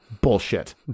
Bullshit